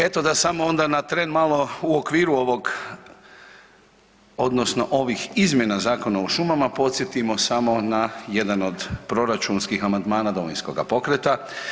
Eto da samo onda na tren malo u okviru ovog odnosno ovih izmjena Zakona o šumama podsjetimo samo na jedan od proračunskih amandmana Domovinskoga pokreta.